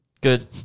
good